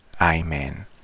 Amen